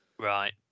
Right